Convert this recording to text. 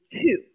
two